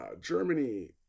germany